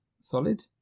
Solid